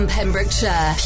Pembrokeshire